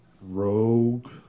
rogue